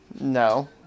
No